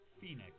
Phoenix